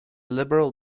liberal